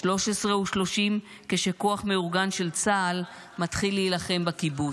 13:30, כשכוח מאורגן של צה"ל מתחיל להילחם בקיבוץ.